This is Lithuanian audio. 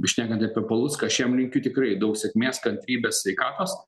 šnekant apie palucką aš jam linkiu tikrai daug sėkmės kantrybės sveikatos